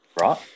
Right